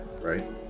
right